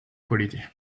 quality